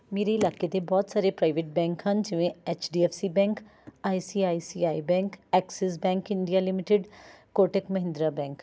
ਮੇਰੇ ਇਲਾਕੇ ਦੇ ਬਹੁਤ ਸਾਰੇ ਪ੍ਰਾਈਵੇਟ ਬੈਂਕ ਹਨ ਜਿਵੇਂ H D F C bank I C I C I bank Axis bank India limited Kotak Mahindra bank